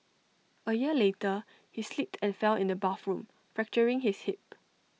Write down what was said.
A year later he slipped and fell in the bathroom fracturing his hip